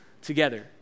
together